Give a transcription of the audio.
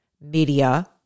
media